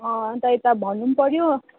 अँ त्यही त भन्नु पनि पऱ्यो